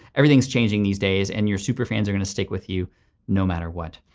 everything's changing these days and your superfans are gonna stick with you no matter what.